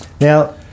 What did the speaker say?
Now